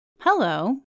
Hello